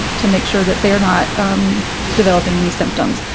to make sure that they're not developing any symptoms.